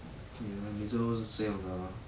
ya 每次都是这样的 lah